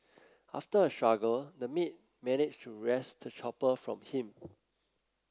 after a struggle the maid managed to wrest the chopper from him